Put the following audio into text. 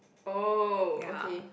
oh okay